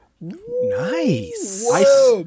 nice